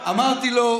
אמרתי לו,